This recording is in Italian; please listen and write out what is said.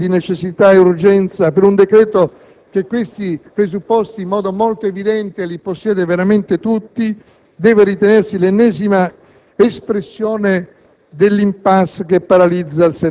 della contestazione dei presupposti di necessità e urgenza per un decreto che quei presupposti in maniera molto evidente li possiede veramente tutti, deve ritenersi l'ennesima espressione